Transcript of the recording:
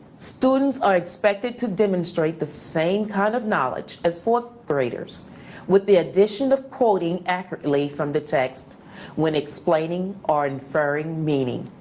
students are expected to demonstrate the same kind of knowledge as fourth graders with the addition of quoting accurately from the text when explaining or inferring meaning.